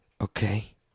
okay